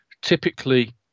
Typically